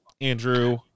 Andrew